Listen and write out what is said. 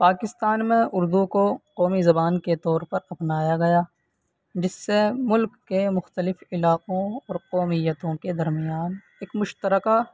پاکستان میں اردو کو قومی زبان کے طور پر اپنایا گیا جس سے ملک کے مختلف علاقوں اور قومیتوں کے درمیان ایک مشترکہ